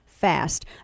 Fast